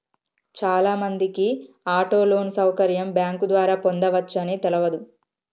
చాలామందికి auto loan సౌకర్యం bank ద్వారా పొందవచ్చని తెలవదు